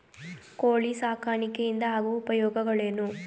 ಕೋಳಿ ಸಾಕಾಣಿಕೆಯಿಂದ ಆಗುವ ಉಪಯೋಗಗಳೇನು?